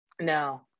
No